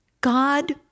God